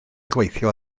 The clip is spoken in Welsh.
gweithio